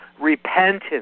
repentance